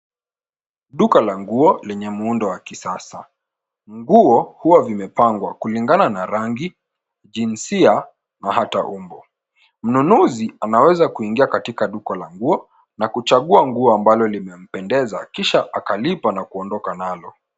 Duka la nguo lenye muundo wa kisasa. Nguo huwa vimepangwa kulingana na rangi, jinsia na hata umbo. Mnunuzi anaweza kuingia katika duka la nguo, na kuchagua nguo ambalo limempendeza kisha akalipa na kuondoka nalo.